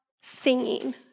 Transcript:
singing